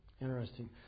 Interesting